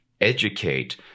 educate